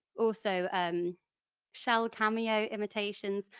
also shell cameo imitations.